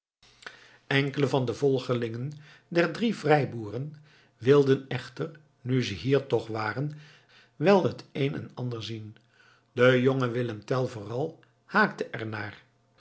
enkelen van de volgelingen der drie vrijboeren wilden echter nu ze hier toch waren wel het een en ander zien de jonge willem tell vooral haakte